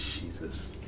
Jesus